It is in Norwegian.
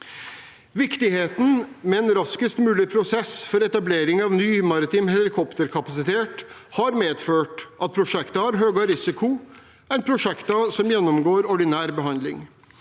Viktigheten av en raskest mulig prosess for etablering av ny maritim helikopterkapasitet har medført at prosjektet har høyere risiko enn prosjekter som gjennomgår ordinær behandling.